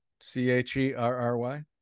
C-H-E-R-R-Y